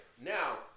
Now